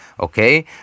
okay